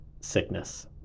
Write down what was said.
sickness